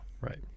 Right